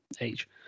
age